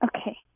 Okay